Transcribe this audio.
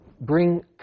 bring